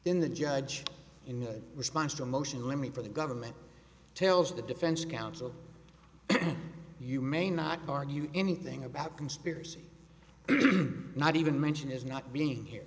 then the judge in response to a motion limine for the government tells the defense counsel you may not argue anything about conspiracy not even mention is not being here